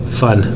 fun